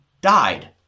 died